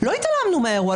לא התעלמנו מהאירוע,